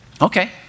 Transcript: Okay